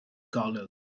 golwg